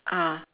ah